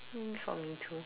um for me too